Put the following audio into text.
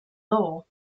law